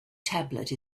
tablet